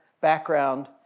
background